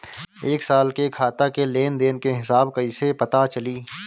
एक साल के खाता के लेन देन के हिसाब कइसे पता चली?